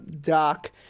Doc